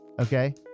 Okay